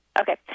Okay